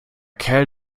kerl